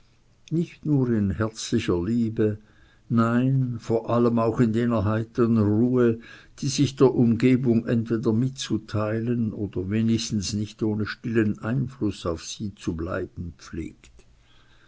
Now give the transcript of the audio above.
nicht nur in herzlicher liebe nein vor allem auch in jener heitren ruhe die sich der umgebung entweder mitzuteilen oder wenigstens nicht ohne stillen einfluß auf sie zu bleiben pflegt